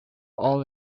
all